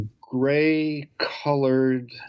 gray-colored